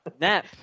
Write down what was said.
Nap